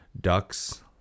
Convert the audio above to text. Ducks